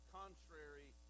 contrary